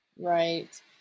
Right